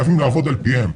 חייבים לעבוד על פיהם.